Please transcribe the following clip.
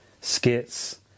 skits